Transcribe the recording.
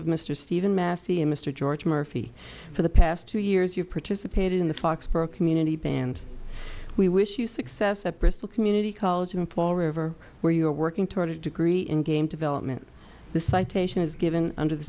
of mr stephen massey and mr george murphy for the past two years you participated in the talks for a community band we wish you success at bristol community college in fall river where you are working toward a degree in game development the citation is given under the